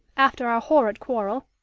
after our horrid quarrel.